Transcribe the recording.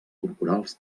corporals